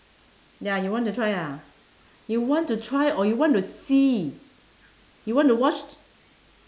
ya you want to try ah you want to try or you want to see you want to watch